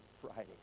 Friday